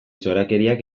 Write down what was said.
txorakeriak